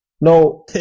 No